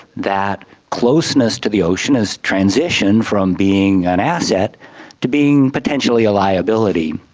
that closeness to the ocean has transitioned from being an asset to being potentially a liability.